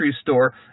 store